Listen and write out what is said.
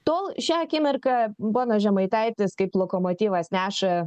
tol šią akimirką ponas žemaitaitis kaip lokomotyvas neša